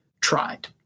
tried